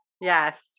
Yes